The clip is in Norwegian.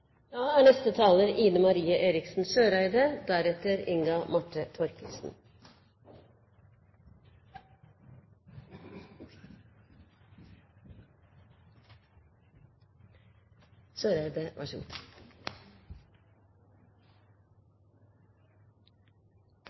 Da er egentlig neste taler Inga Marte